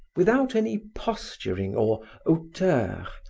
without any posturing or hauteur,